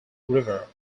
river